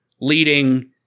leading